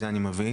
את זה אני מבין.